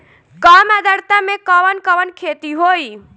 कम आद्रता में कवन कवन खेती होई?